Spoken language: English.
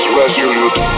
resolute